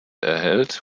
erhält